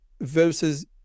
versus